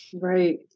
Right